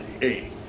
Hey